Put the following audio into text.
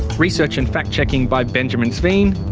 research and fact checking by benjamin sveen.